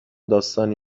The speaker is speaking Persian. داستانی